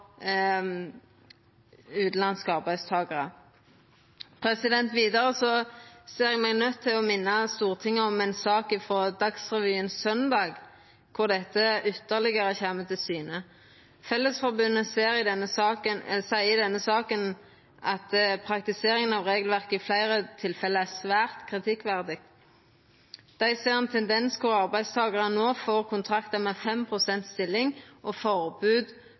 utanlandske arbeidstakarar. Vidare ser eg meg nøydd til å minna Stortinget om ei sak frå Dagsrevyen på søndag, kor dette kjem ytterlegare til syne. Fellesforbundet seier i denne saka at praktiseringa av regelverket i fleire tilfelle er særs kritikkverdig. Dei ser ein tendens kor arbeidstakarar no får kontraktar med 5 pst. stilling og forbod